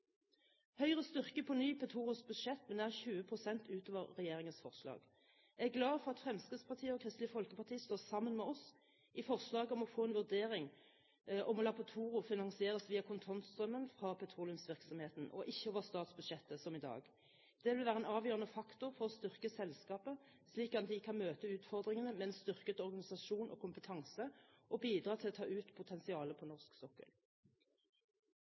Høyre styrker på nytt Petoros budsjett med nær 20 pst. utover regjeringens forslag. Jeg er glad for at Fremskrittspartiet og Kristelig Folkeparti står sammen med oss i forslaget om å få en vurdering av å la Petoro bli finansiert via kontantstrømmen fra petroleumsvirksomheten og ikke over statsbudsjettet, som i dag. Det vil være en avgjørende faktor for å styrke selskapet, slik at de kan møte utfordringene med styrket organisasjon og kompetanse til å bidra til å ta ut potensialet på norsk sokkel.